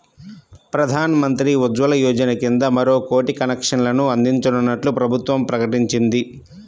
ప్రధాన్ మంత్రి ఉజ్వల యోజన కింద మరో కోటి కనెక్షన్లు అందించనున్నట్లు ప్రభుత్వం ప్రకటించింది